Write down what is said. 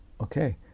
Okay